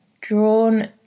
drawn